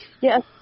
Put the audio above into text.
yes